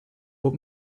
but